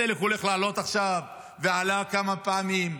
הדלק הולך לעלות עכשיו, ועלה כמה פעמים.